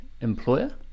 employer